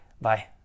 Bye